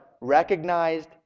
recognized